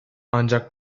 ancak